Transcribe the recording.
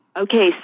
Okay